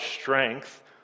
strength